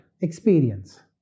experience